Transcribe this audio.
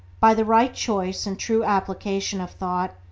by the right choice and true application of thought,